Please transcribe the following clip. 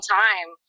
time